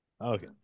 Okay